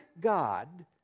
God